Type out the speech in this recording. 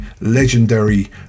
legendary